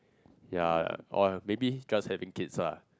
ya or maybe just having kids lah